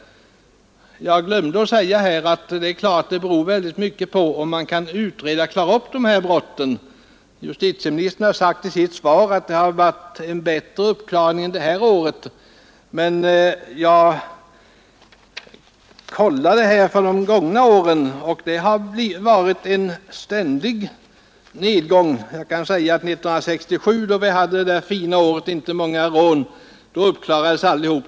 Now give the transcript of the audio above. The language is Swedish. Jag glömde att säga att det naturligtvis är väldigt betydelsefullt om man kan klara upp dessa brott. Justitieministern har sagt att fler brott klarats upp detta år. Jag har kollat uppklaringsprocenten för de gångna åren, och den har stadigt minskat. 1967, då vi hade ett fint år med få rån, klarades alla upp.